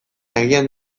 agian